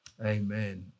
Amen